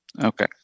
Okay